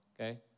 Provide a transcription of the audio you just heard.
okay